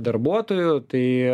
darbuotojų tai